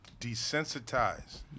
desensitized